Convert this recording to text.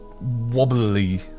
wobbly